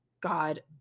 God